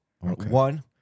One